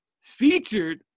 featured